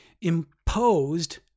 imposed